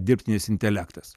dirbtinis intelektas